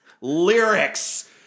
Lyrics